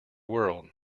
world